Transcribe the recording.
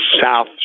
South